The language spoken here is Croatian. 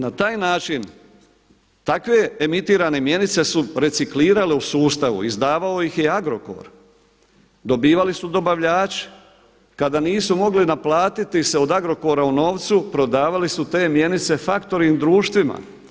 Na taj način takve emitirane mjenice su reciklirale u sustavu, izdavao ih je Agrokor, dobivali su dobavljači, kada nisu mogli naplatiti se od Agrokora u novcu prodavali su te mjenice faktoring društvima.